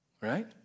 Right